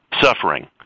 suffering